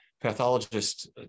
pathologist